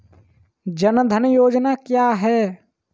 जनधन योजना क्या है?